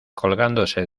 colgándose